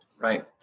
Right